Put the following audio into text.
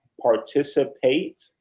participate